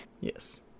Yes